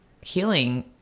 healing